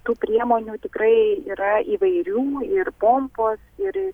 tų priemonių tikrai yra įvairių ir pompos ir